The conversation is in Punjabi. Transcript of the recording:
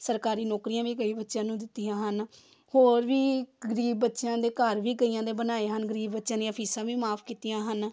ਸਰਕਾਰੀ ਨੌਕਰੀਆਂ ਵੀ ਕਈ ਬੱਚਿਆਂ ਨੂੰ ਦਿੱਤੀਆਂ ਹਨ ਹੋਰ ਵੀ ਗਰੀਬ ਬੱਚਿਆਂ ਦੇ ਘਰ ਵੀ ਕਈਆਂ ਦੇ ਬਣਾਏ ਹਨ ਗਰੀਬ ਬੱਚਿਆਂ ਦੀਆਂ ਫੀਸਾਂ ਵੀ ਮਾਫ ਕੀਤੀਆਂ ਹਨ